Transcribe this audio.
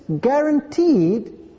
guaranteed